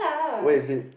where is it